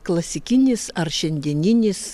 klasikinis ar šiandieninis